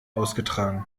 ausgetragen